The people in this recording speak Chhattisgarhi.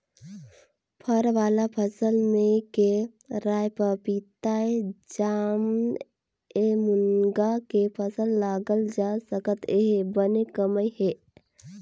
फर वाला फसल में केराएपपीताएजामएमूनगा के फसल लगाल जा सकत हे बने कमई हे